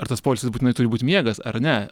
ar tas poilsis būtinai turi būt miegas ar ne